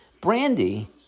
Brandy